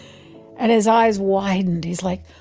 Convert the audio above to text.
and his eyes widened. he's like,